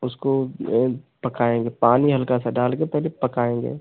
उसको पकाएंगे पानी हल्का सा डालकर पहले पकाएंगे